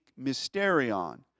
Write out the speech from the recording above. mysterion